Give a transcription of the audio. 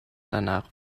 danach